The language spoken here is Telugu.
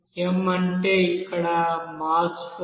అంటే ఇక్కడ మాస్ ఫ్లో రేట్